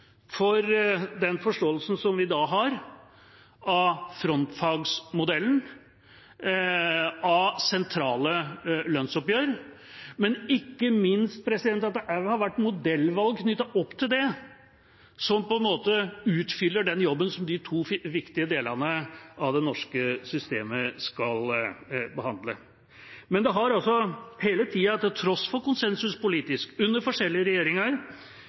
for den forståelsen vi i dag har av frontfagsmodellen og sentrale lønnsoppgjør, og ikke minst for at det har vært modellvalg knyttet til det, som på en måte utfyller jobben som de to viktige delene det norske systemet skal behandle. Men det har altså hele tida, til tross for konsensus, politisk, under forskjellige regjeringer,